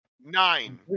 nine